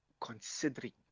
considering